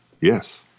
yes